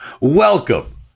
welcome